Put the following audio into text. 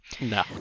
No